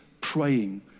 praying